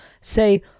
Say